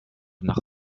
nach